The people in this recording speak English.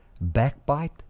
backbite